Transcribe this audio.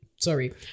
sorry